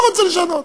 לא רוצה לשנות.